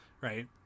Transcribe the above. right